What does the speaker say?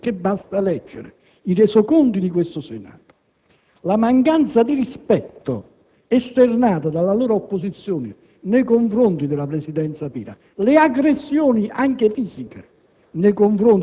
che hanno parlato di ostruzionismo, che quello di stasera non è ostruzionismo. Voi non sapete cos'è l'ostruzionismo parlamentare anche all'interno di questa Aula.